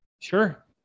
Sure